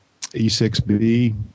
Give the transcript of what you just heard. E6B